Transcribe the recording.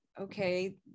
okay